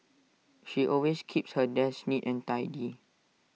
she always keeps her desk neat and tidy